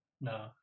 No